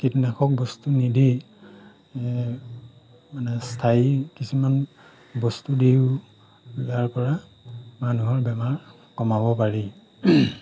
কীটনাশক বস্তু নিদি মানে স্থায়ী কিছুমান বস্তু দিও ইয়াৰ পৰা মানুহৰ বেমাৰ কমাব পাৰি